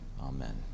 Amen